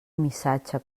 missatge